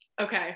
okay